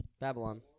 Babylon